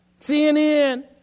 CNN